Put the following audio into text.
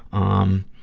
um,